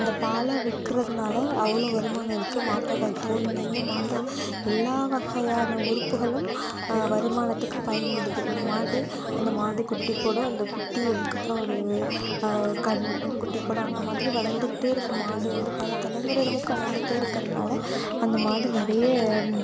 அந்த பாலை விற்கறதுனால அவ்வளோ வருமானம் இருக்குது மாட்டோடய தோல்லேருந்து மாட்டோடய எல்லா வகையான உறுப்புகளும் வருமானத்துக்கு பயன்படுது ஒரு மாடு அந்த மாடு குட்டிப் போடும் அந்த குட்டி அதுக்கப்புறம் ஒரு கன் குட்டி போடும் அந்த மாதிரி வளர்ந்துக்கிட்டே இருக்கும் மாடு வந்து பல தலைமுறைகளுக்கு வளர்ந்துட்டே இருக்கிறனால அந்த மாடு நிறைய